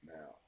Now